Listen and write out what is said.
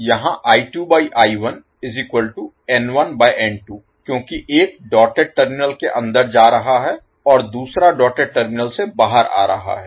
यहाँ क्योंकि एक डॉटेड टर्मिनल के अंदर जा रहा है और दूसरा डॉटेड टर्मिनल से बाहर आ रहा है